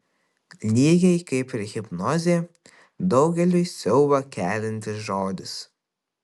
lygiai kaip ir hipnozė daugeliui siaubą keliantis žodis